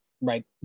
Right